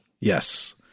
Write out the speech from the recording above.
Yes